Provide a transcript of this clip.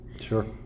Sure